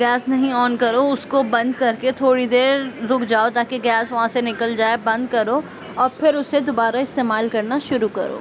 gas نہیں on کرو اس کو بند کر کے تھوڑی دیر رک جاؤ تاکہ گیس وہاں سے نکل جائے بند کرو اور پھر اسے دوبارہ استعمال کرنا شروع کرو